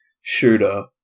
shooter